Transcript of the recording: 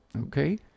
Okay